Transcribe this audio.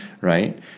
right